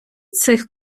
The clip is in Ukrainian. цих